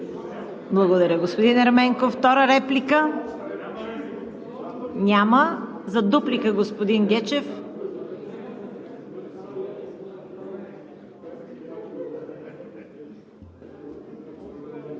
Благодаря, господин Ерменков. Втора реплика? Няма. За дуплика – господин Гечев.